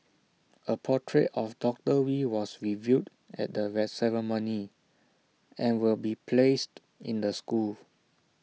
A portrait of doctor wee was revealed at the ceremony and will be placed in the school